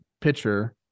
pitcher